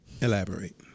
Elaborate